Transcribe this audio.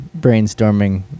brainstorming